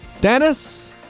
Dennis